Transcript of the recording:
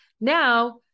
now